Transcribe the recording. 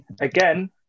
again